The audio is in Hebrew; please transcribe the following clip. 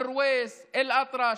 ארוויס, אל-אטרש.